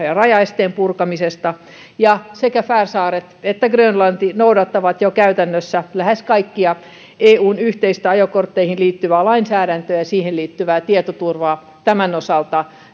ja rajaesteen purkamisesta ja että sekä färsaaret että grönlanti noudattavat jo käytännössä lähes kaikkea eun yhteistä ajokortteihin liittyvää lainsäädäntöä ja ja siihen liittyvää tietoturvaa tämän osalta